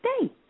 day